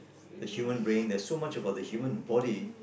the human brain there's so much about the human body